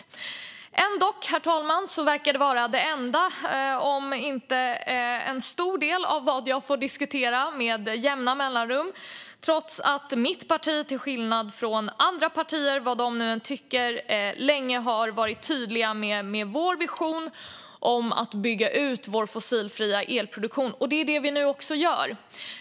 Ändock, herr talman, verkar det vara det enda eller åtminstone en stor del av vad jag får diskutera med jämna mellanrum trots att mitt parti till skillnad från andra partier - vad de nu än tycker - länge har varit tydliga med vår vision om att bygga ut Sveriges fossilfria elproduktion. Och det är det vi nu också gör.